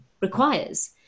requires